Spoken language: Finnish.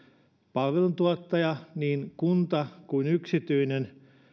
palveluntuottaja niin kunta kuin yksityinen